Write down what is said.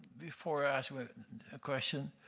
before asking a question,